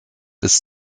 bis